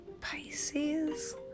Pisces